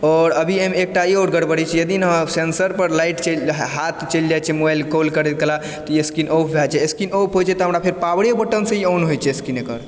आओर अभी एहिमे एकटा ई आओर गड़बड़ी छै यदि न सेंसर पर लाइट चलि हाथ चलि जाइत छै मोबाइल कॉल करैत कला तऽ ई स्क्रीन ऑफ भए जाइत छै स्क्रीन ऑफ होइत छै तऽ हमरा फेर पावरे बटनसँ ई ऑन होइत छै स्क्रीन एकर